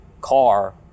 car